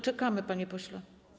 Czekamy, panie pośle.